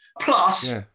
Plus